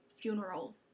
funeral